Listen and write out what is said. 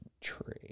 tree